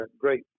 great